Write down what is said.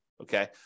Okay